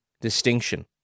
distinction